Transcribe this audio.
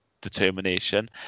determination